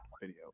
video